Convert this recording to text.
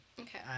Okay